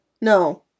No